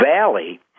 Valley